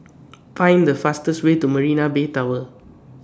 Find The fastest Way to Marina Bay Tower